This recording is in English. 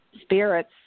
spirits